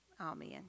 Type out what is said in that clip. Amen